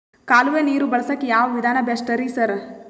ಕಾಲುವೆ ನೀರು ಬಳಸಕ್ಕ್ ಯಾವ್ ವಿಧಾನ ಬೆಸ್ಟ್ ರಿ ಸರ್?